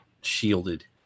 shielded